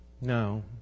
No